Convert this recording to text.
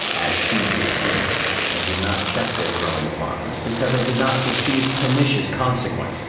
as she did him i did not check their growing fondness, because i did not foresee its pernicious consequence.